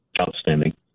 Outstanding